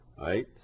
right